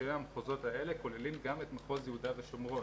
כששני המחוזות האלה כוללים גם את מחוז יהודה ושומרון.